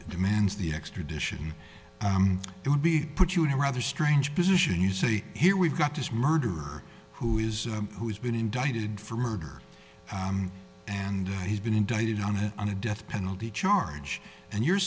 demands the extradition it would be put you in a rather strange position you say here we've got this murderer who is who has been indicted for murder and he's been indicted on a on a death penalty charge and you're